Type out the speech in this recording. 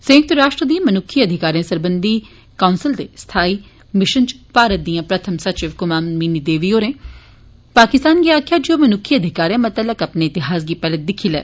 संय्क्त राष्ट्र दी मन्क्खी अधिकारें सरबंधी काउंसल दे स्थाई मिशन च भारत दिआं प्रथम सचिव क्माम मिनी देवी होरें पाकिस्तान गी आखेआ ऐ जे ओह् मनुक्खी अधिकारें मतल्लक अपने इतिहास गी पैहले दिक्खी लै